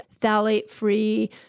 phthalate-free